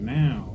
now